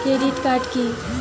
Credit card key?